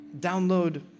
Download